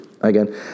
Again